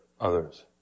others